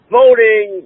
voting